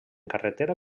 carretera